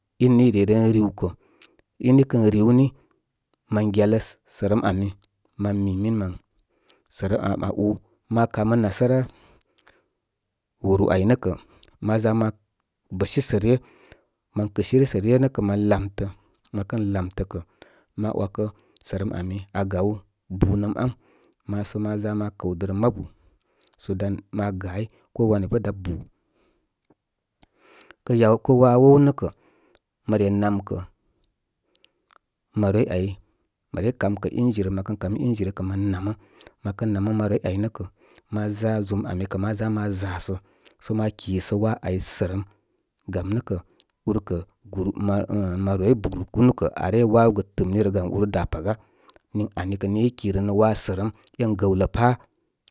Ín, í re ren riwkə̍, ín, i kən riw ní mən gyalə sələm ani mən mìnīn mtən sə rəm am aa ú. Ma kamə nasāra wuru āy nə̄ kə̀, ma ʒa ma bə si sə’ re. Mən kɨsiri sə’ ryə nə̀ kə’ mən lamtə. Mə kən lamtə kə̀, ma wakə sərəm ami aa gaw bunəm am. Ma sə ma ʒa ma kəwdərə ma bu. So dan ma gau ko wanya bə dá bù. Kə yaw, kə waa wow, nə kə’ mə re nam kə maroroi ay mə rey kam kə̀ ingi rə. Mə kən kami ingi rə, kə mən namə. Məkən namə maroroi āy nə’ kə’ ma ʒa ʒum amí kə ma ʒa ma ʒa sə, sə ma kisə wa áy sərəm. Gam nə’ kə̀ úr kə̍, gùr, mar əh maroroi, bur kunu kə̀ aa rey wawo gə tɨmni rə, gam úr da’ paga. Niŋ ani kə̀ nìi í kìrə nə waa sə rəm e’n gəwlə pa’.